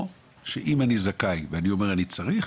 או שאם אני זכאי ואני אומר אני צריך,